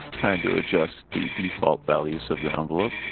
time to adjust the default values of the envelope